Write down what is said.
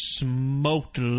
Smoked